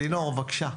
לינור, בבקשה.